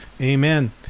Amen